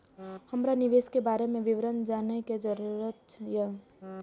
हमरा निवेश के बारे में विवरण जानय के जरुरत ये?